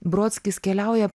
brodskis keliauja